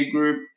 Group